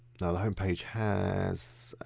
now, the homepage has,